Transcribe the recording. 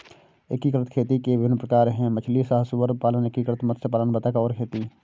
एकीकृत खेती के विभिन्न प्रकार हैं मछली सह सुअर पालन, एकीकृत मत्स्य पालन बतख और खेती